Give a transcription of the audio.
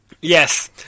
Yes